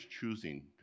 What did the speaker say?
choosing